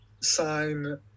sign